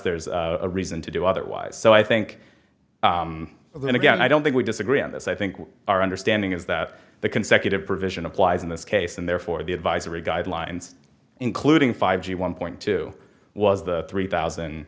there's a reason to do otherwise so i think we're going to get i don't think we disagree on this i think our understanding is that the consecutive provision applies in this case and therefore the advisory guidelines including five g one point two was the three thousand